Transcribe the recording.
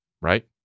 Right